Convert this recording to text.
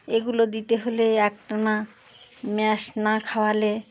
এগুলো দিতে হলে একটা না মেয়াস না খাওয়ালে